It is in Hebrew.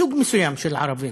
סוג מסוים של ערבים,